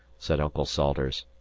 said uncle salters.